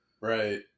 right